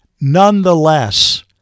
Nonetheless